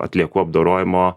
atliekų apdorojimo